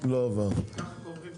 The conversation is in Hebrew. הצבעה ההסתייגות לא התקבלה.